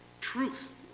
truth